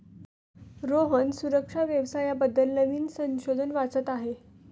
रोहन सुरक्षा व्यवसाया बद्दल नवीन संशोधन वाचत आहे